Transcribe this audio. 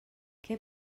què